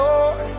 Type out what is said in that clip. Lord